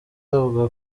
avuga